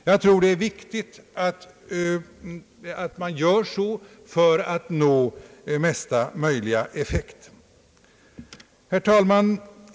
Jag tror det är viktigt att man gör så för att nå bästa möjliga effekt. Herr talman!